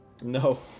No